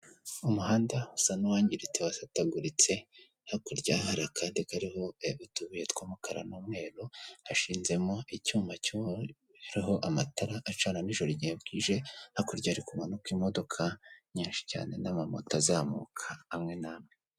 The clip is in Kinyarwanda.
Umuhanda usa n'uwangiritse wasataguritse, hakurya hari kandi karimo, ee! Ni tubiri tw'umukara n'umweru, hashinzemo icyuma cyimwe amatara kiriho amatara acana n'ijoro igihe bwije hakurya hari kumanuka imodokadoka nyinshi cyane n'amamoto azamuka amwe n'amwe.